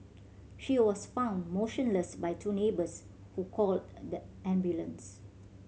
she was found motionless by two neighbours who called the ambulance